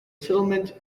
settlement